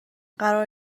قرار